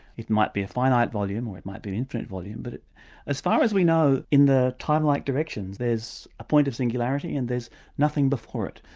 it might be a finite volume, or it might be infinite volume, but as far as we know in the time-like directions there's a point of singularity and there's nothing before it.